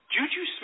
Juju